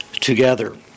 together